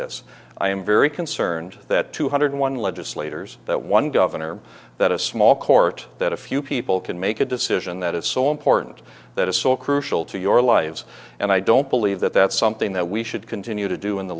this i am very concerned that two hundred one legislators one governor that a small court that a few people can make a decision that is so important that is so crucial to your lives and i don't believe that that's something that we should continue to do in the